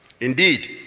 Indeed